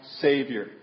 Savior